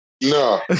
no